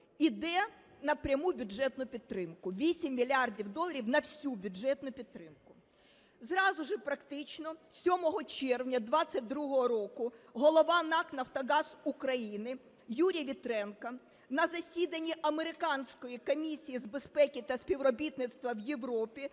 йде на пряму бюджетну підтримку. 8 мільярдів доларів на всю бюджетну підтримку. Зразу ж практично, 7 червня 2022 року, голова НАК "Нафтогаз України" Юрій Вітренко на засіданні Американської комісії з безпеки та співробітництва в Європі